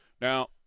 Now